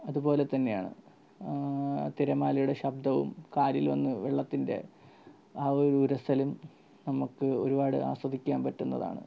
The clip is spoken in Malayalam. അതുപോലെ തന്നെയാണ് തിരമാലയുടെ ശബ്ദവും കാലിൽ വന്നു വെള്ളത്തിൻ്റെ ആ ഒരു ഉരസലും നമ്മൾക്ക് ഒരുപാട് ആസ്വദിക്കാൻ പറ്റുന്നതാണ്